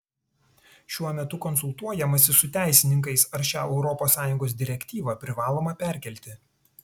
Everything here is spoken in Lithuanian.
šiuo metu konsultuojamasi su teisininkais ar šią europos sąjungos direktyvą privaloma perkelti